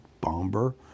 Bomber